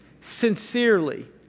sincerely